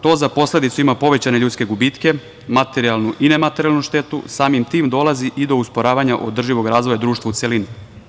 To za posledicu ima povećane ljudske gubtke, materijalnu i nematerijalnu štetu, samim tim dolazi i do usporavanja održivog razvoja u celini.